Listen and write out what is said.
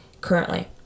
currently